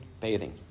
bathing